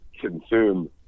consume